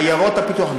עיירות הפיתוח,